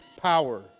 power